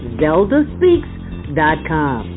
zeldaspeaks.com